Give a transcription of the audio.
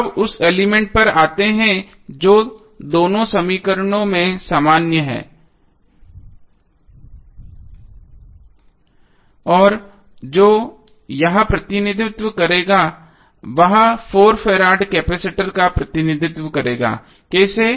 तो अब उस एलिमेंट पर आते है जो दोनों समीकरणों में सामान्य है और यह जो प्रतिनिधित्व करेगा वह 4 फेराड कैपेसिटर का प्रतिनिधित्व करेगा कैसे